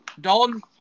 Dalton